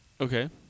Okay